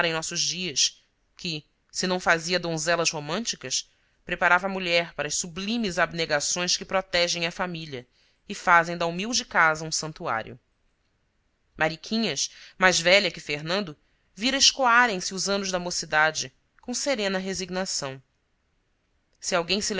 nossos dias que se não fazia donzelas românticas preparava a mulher para as sublimes abnegações que protegem a família e fazem da humilde casa um santuário mariquinhas mais velha que fernando vira escoarem se os anos da mocidade com serena resignação se alguém se